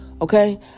Okay